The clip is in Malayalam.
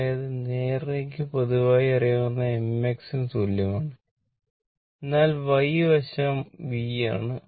അതായത് നേർരേഖയ്ക്ക് പൊതുവായി അറിയാവുന്ന mx ന് തുല്യമാണ് എന്നാൽ y വശം v ആണ്